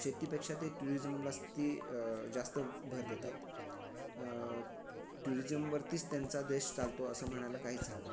शेतीपेक्षा ते ट्युरिजमलाच ती जास्त भर देतात ट्युरिजमवरतीच त्यांचा देश चालतो असं म्हणायला काहीच हरकत नाही